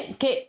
que